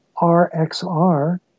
RXR